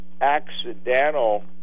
accidental